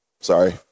Sorry